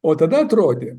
o tada atrodė